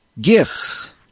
Gifts